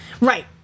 Right